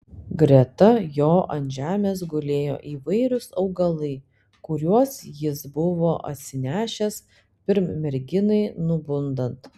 greta jo ant žemės gulėjo įvairūs augalai kuriuos jis buvo atsinešęs pirm merginai nubundant